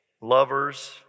lovers